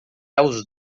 aos